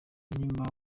niba